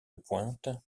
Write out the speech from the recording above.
pointe